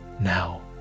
now